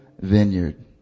vineyard